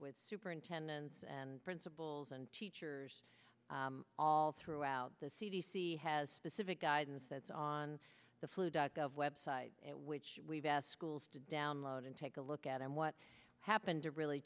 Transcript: with superintendents and principals and teachers all throughout the c d c has specific guidance that's on the flu dot gov website which we've asked schools to download and take a look at and what happened to really